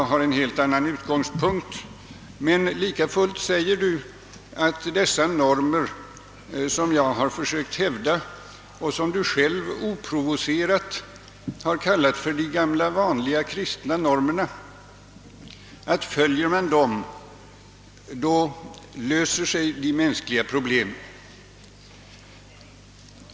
Du har en helt annan utgångspunkt än jag, men likafullt säger du, att om man följer de normer som jag har försökt hävda och som du själv oprovocerat har kallat för ”de gamla vanliga kristna normerna”, så löser sig de mänskliga problemen.